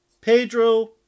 Pedro